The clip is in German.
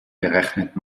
berechnet